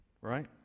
Right